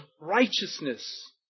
righteousness